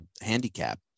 handicap